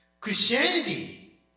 Christianity